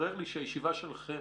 התברר לי שהישיבה שלכם